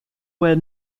were